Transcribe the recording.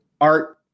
art